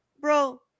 bro